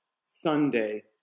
Sunday